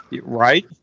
Right